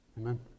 Amen